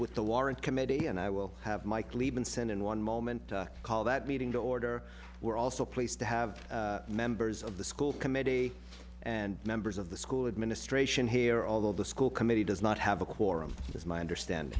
with the warrant committee and i will have mike lehman send in one moment call that meeting to order were also placed to have members of the school committee and members of the school administration here all of the school committee does not have a quorum it's my understand